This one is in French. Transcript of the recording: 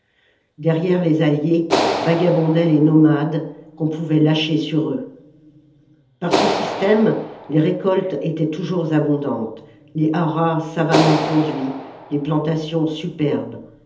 derrière les alliés vagabondaient les nomades qu'on pouvait lâcher sur eux par ce système les récoltes étaient toujours abondantes les haras savamment conduits les plantations superbes